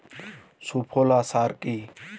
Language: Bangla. সুফলা সার কি?